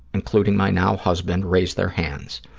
including my now-husband, raised their hands.